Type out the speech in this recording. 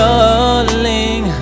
Darling